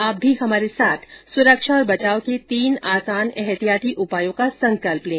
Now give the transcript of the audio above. आप भी हमारे साथ सुरक्षा और बचाव के तीन आसान एहतियाती उपायों का संकल्प लें